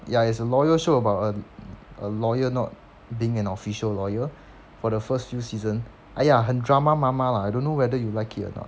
ya as a lawyer show about a a lawyer not being an official lawyer for the first few season !aiya! 很 drama mama lah I don't know whether you like it or not